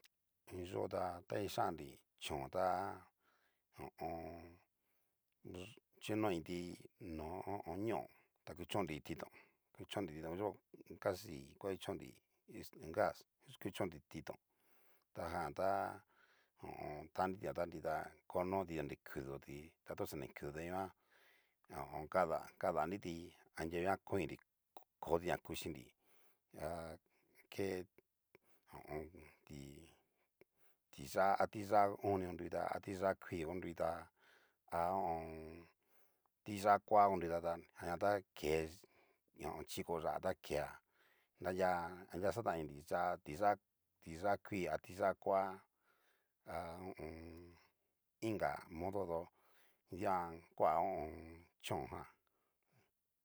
Iin yó ta ta kixan'nri chón ta ho o on. chinoiti no ho o on. ñó ta kuchonri titón, kkuchonnri titón yó casi ngua kuchonri us gas, kuchonnri titón tajan tá ho o on. tan'nri titón ta nrita konoti nri kuditi ta to xani kudoti tadanguan ho o on. kada kadanriti anriguan koninri koti na kuchinri ha ke ho o on. ti tiyá a tiyá onni konruta a tiyá kuii oruita ha ho o on. tiyá koa onruta ña jan ta ke chiko yá'a ta kea anria anria xatan ininri yá'a tiyá tiyá kuii a tiyá koa ha ho o on. inga modo do dian kua ho o on. chón jan.